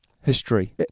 History